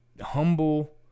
humble